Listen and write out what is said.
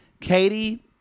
Katie